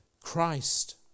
Christ